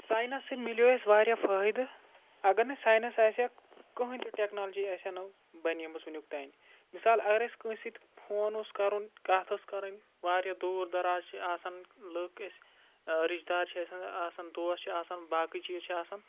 science سۭتۍ مِلیو اَسہِ واریاہ فٲہِدٕ اگر نہٕ ساینَس آسہِ ہا کٕہٕنۍ تہِ ٹٮ۪کنالجی آسہِ ہا نہٕ بَنیمٕژ وٕنیُک تانۍ مِثال اگر أسۍ کٲنٛسہِ سۭتۍ فون اوس کَرُن کَتھ ٲس کَرٕنۍ واریاہ دوٗر دَراز چھِ آسان لُکھ أسۍ رِشتہٕ دار چھِ آسان آسان دوس چھِ آسان باقٕے چیٖز چھِ آسان